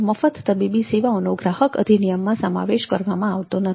મફત તબીબી સેવાઓનો ગ્રાહક અધિનિયમમાં સમાવેશ કરવામાં આવતો નથી